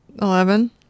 Eleven